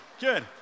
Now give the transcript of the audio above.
Good